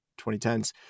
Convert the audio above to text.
2010s